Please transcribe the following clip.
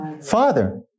Father